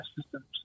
systems